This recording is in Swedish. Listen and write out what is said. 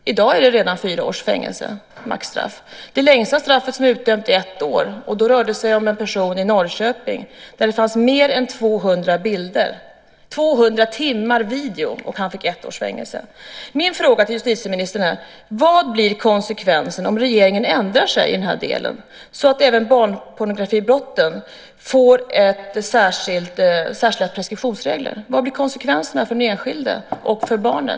I dag är det redan fyra års fängelse som maxstraff. Det längsta straff som utdömts är ett år, och då rörde det sig om en person i Norrköping som hade mer än 200 bilder och 200 timmar video. Han fick ett års fängelse. Min fråga till justitieministern är: Vad blir konsekvensen om regeringen ändrar sig i den här delen så att även barnpornografibrotten får särskilda preskriptionsregler? Vad blir konsekvenserna för den enskilde och för barnen?